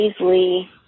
easily